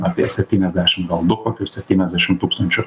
apie septyniasdešim du kokius septyniasdešim tūkstančių